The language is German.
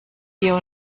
hier